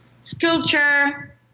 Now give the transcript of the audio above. sculpture